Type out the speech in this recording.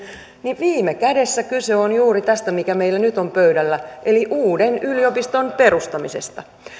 niin viime kädessä kyse on juuri tästä mikä meillä nyt on pöydällä eli uuden yliopiston perustamisesta